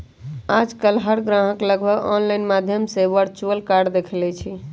आजकल हर ग्राहक लगभग ऑनलाइन माध्यम से वर्चुअल कार्ड देख लेई छई